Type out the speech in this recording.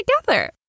together